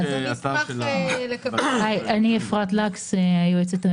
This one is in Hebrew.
אני אפרת לקס,